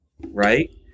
right